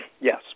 Yes